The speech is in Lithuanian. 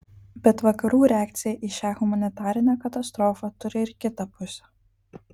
bet vakarų reakcija į šią humanitarinę katastrofą turi ir kitą pusę